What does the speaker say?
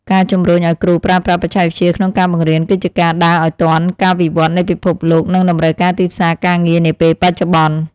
ការជំរុញឱ្យគ្រូប្រើប្រាស់បច្ចេកវិទ្យាក្នុងការបង្រៀន គឺជាការដើរឱ្យទាន់ការវិវត្តនៃពិភពលោក និងតម្រូវការទីផ្សារការងារនាពេលបច្ចុប្បន្ន។